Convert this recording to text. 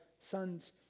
sons